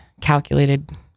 calculated